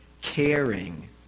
caring